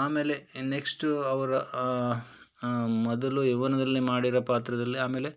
ಆಮೇಲೆ ಇನ್ನು ನೆಕ್ಸ್ಟು ಅವ್ರು ಮೊದಲು ಯೌವ್ವನದಲ್ಲಿ ಮಾಡಿರೋ ಪಾತ್ರದಲ್ಲಿ ಆಮೇಲೆ